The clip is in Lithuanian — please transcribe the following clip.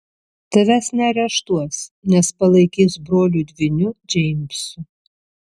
tavęs neareštuos nes palaikys broliu dvyniu džeimsu